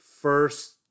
first